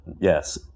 yes